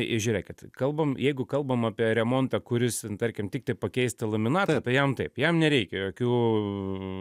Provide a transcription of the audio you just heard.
žiūrėkit kalbam jeigu kalbam apie remontą kuris tarkim tiktai pakeisti laminatą tai jam taip jam nereikia jokių